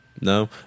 No